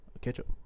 Ketchup